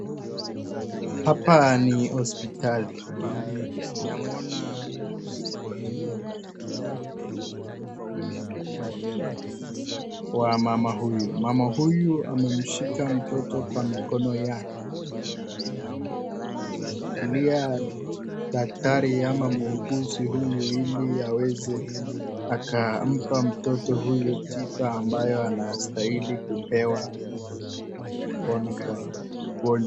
Hapa ni hospitali. Ninamwona muuguzi mmoja anayejaribu ama anayetibu mtoto wa mama huyu. Mama huyu amemshika mtoto kwa mikono yake na anamshikilia daktari ama muuguzi huyu ili aweze akampa mtoto huyu tiba ambayo anastahili kupewa ili aweze kupona kwa ugonjwa